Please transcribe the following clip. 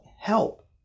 help